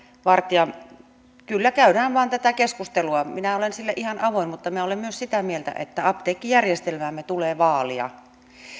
vartia kyllä käydään vain tätä keskustelua minä olen sille ihan avoin mutta minä olen myös sitä mieltä että apteekkijärjestelmäämme tulee vaalia